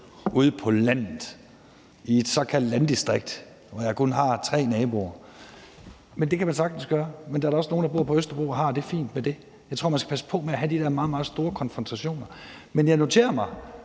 ude på landet i et såkaldt landdistrikt, hvor jeg kun har tre naboer. Det kan man da sagtens gøre, men der er da også nogle, der bor på Østerbro og har det fint med det. Jeg tror, man skal passe på med at have de der meget, meget store konfrontationer. Men jeg noterede mig,